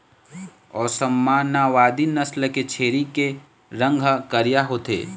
ओस्मानाबादी नसल के छेरी के रंग ह करिया होथे